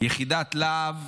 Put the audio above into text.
יחידת לה"ב